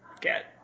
get